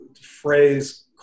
phrase